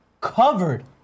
covered